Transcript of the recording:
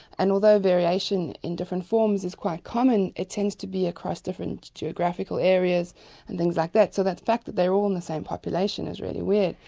and although variation in different forms is quite common, it tends to be across different geographical areas and things like that, so the fact that they're all in the same population is really weird.